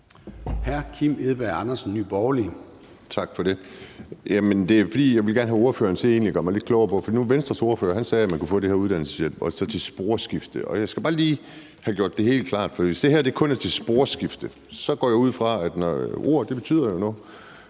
13:27 Kim Edberg Andersen (NB): Tak for det. Der er noget, jeg egentlig gerne vil have ordføreren til at gøre mig lidt klogere på. Venstres ordfører sagde, at man kunne få den her uddannelseshjælp til sporskifte, så jeg skal bare lige have gjort det helt klart, for hvis det her kun er til sporskifte, går jeg ud fra – da ord jo betyder noget